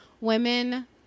women